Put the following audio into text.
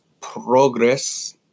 Progress